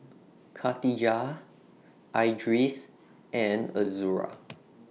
Khatijah Idris and Azura